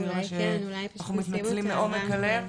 ולהסביר לה שאנחנו מתנצלים מעומק הלב.